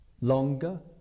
longer